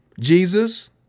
Jesus